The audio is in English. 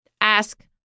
ask